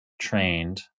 trained